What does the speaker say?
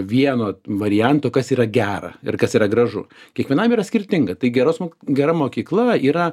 vieno varianto kas yra gera ir kas yra gražu kiekvienam yra skirtinga tai geros gera mokykla yra